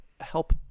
help